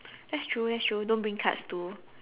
that's true that's true don't bring cards to